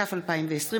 התש"ף 2020,